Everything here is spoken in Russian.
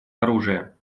оружия